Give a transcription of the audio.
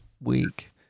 week